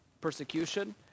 persecution